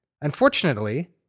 Unfortunately